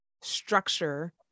structure